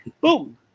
Boom